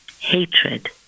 hatred